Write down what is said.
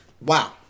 Wow